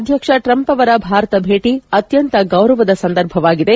ಅಧ್ವಕ್ಷ ಟ್ರಂಪ್ ಅವರ ಭಾರತ ಭೇಟಿ ಅತ್ಯಂತ ಗೌರವದ ಸಂದರ್ಭವಾಗಿದೆ